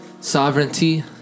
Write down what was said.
sovereignty